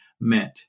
meant